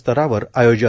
स्तरावर आयोजन